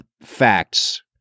facts